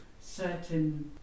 certain